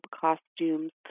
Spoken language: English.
costumes